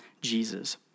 Jesus